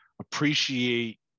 appreciate